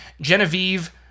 Genevieve